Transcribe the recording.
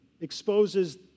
exposes